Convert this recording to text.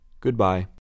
Goodbye